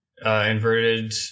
Inverted